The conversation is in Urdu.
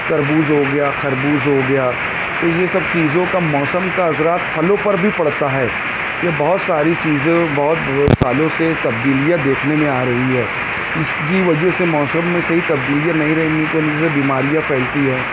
تربوز ہو گیا خربوز ہو گیا تو یہ سب چیزوں کا موسم کا اثرات پھلوں پر بھی پڑتا ہے کہ بہت ساری چیزوں بہت سالوں سے تبدیلیاں دیکھنے میں آ رہی ہے اس کی وجہ سے موسم میں صحیح تبدیلیاں نہیں رہنے سے بیماریاں پھیلتی ہیں